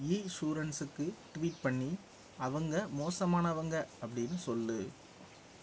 இசூரன்ஸுக்கு tweet பண்ணி அவங்க மோசமானவங்க அப்படின்னு சொல்